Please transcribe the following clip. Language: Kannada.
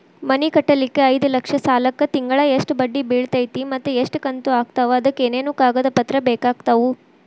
ಮನಿ ಕಟ್ಟಲಿಕ್ಕೆ ಐದ ಲಕ್ಷ ಸಾಲಕ್ಕ ತಿಂಗಳಾ ಎಷ್ಟ ಬಡ್ಡಿ ಬಿಳ್ತೈತಿ ಮತ್ತ ಎಷ್ಟ ಕಂತು ಆಗ್ತಾವ್ ಅದಕ ಏನೇನು ಕಾಗದ ಪತ್ರ ಬೇಕಾಗ್ತವು?